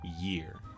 year